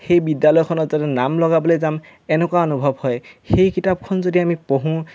সেই বিদ্যালয়খনত যাতে নাম লগাবলৈ যাম এনেকুৱা অনুভৱ হয় সেই কিতাপখন যদি আমি পঢ়োঁ